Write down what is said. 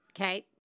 okay